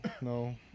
no